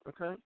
Okay